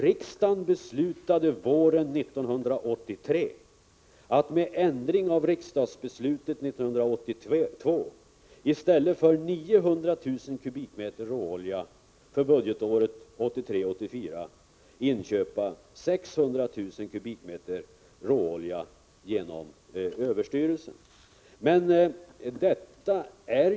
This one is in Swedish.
Riksdagen beslutade våren 1983 att med ändring av riksdagsbeslutet från 1982 i stället för 900 000 kubikmeter råolja för budgetåret 1983/84 inköpa 600 000 kubikmeter råolja genom överstyrelsen för ekonomiskt försvar.